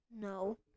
No